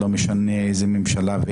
לא משנה איזה ממשלה.